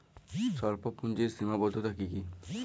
স্বল্পপুঁজির সীমাবদ্ধতা কী কী?